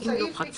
הוא סעיף עיקרי,